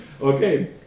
Okay